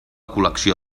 col·lecció